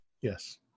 Yes